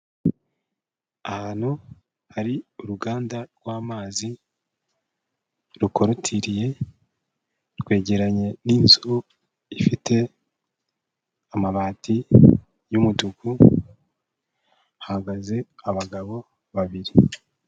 Ahantu hari uruganda rw'amazi rukorutiriye, rwegeranye n'inzu ifite amabati y'umutuku hahagaze abagabo babiri.